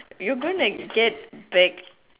you're going to get back